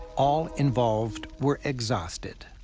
all involved were exhausted.